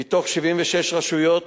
מתוך 76 רשויות,